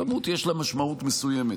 לכמות יש משמעות מסוימת,